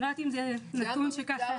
אני לא יודעת אם זה נתון שידוע לכם,